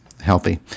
healthy